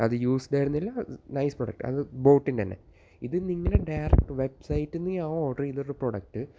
അത് യൂസ്ഡ് ആയിരുന്നില്ല nice product അത് ബോട്ടിന്റ തന്നെ ഇത് നിങ്ങള് ഡയറക്റ്റ് വെബ്സൈറ്റിൽ നിന്ന് ഞാൻ ഓർഡർ ചെയ്തൊരു പ്രോഡക്റ്റ്